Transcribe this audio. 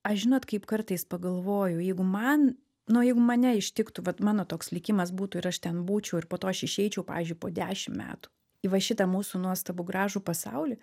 aš žinot kaip kartais pagalvoju jeigu man nu jeigu mane ištiktų vat mano toks likimas būtų ir aš ten būčiau ir po to aš išeičiau pavyzdžiui po dešim metų į va šitą mūsų nuostabų gražų pasaulį